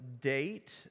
date